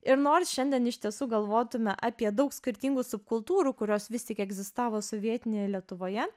ir nors šiandien iš tiesų galvotume apie daug skirtingų subkultūrų kurios vis tik egzistavo sovietinėje lietuvoje